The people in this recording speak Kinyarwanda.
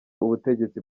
ubutegetsi